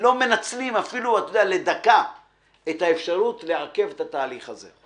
לא מנצלים אפילו לדקה את האפשרות לעכב את התהליך הזה.